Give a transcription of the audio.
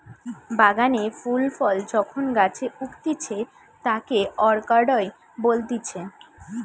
বাগানে ফুল ফল যখন গাছে উগতিচে তাকে অরকার্ডই বলতিছে